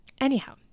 Anyhow